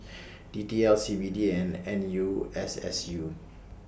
D T L C B D and N U S S U